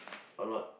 a lot